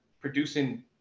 producing